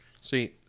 See